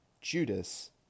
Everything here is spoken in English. Judas